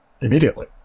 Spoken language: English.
immediately